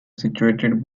situated